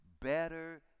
better